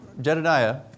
Jedediah